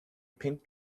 pink